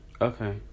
okay